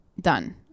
done